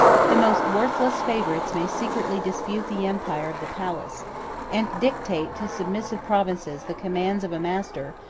the most worthless favorites may secretly dispute the empire of the palace and dictate to submissive provinces the commands of a master,